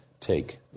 take